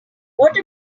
what